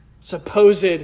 supposed